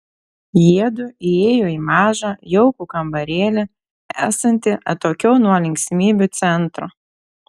jiedu įėjo į mažą jaukų kambarėlį esantį atokiau nuo linksmybių centro